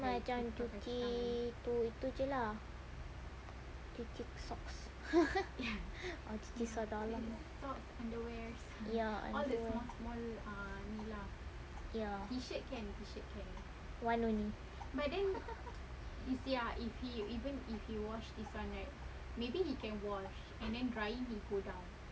dia macam cuci itu itu jer lah cuci socks or cuci seluar dalam ya ya one only